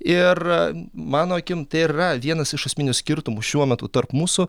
ir mano akim tai ir yra vienas iš esminių skirtumų šiuo metu tarp mūsų